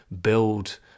build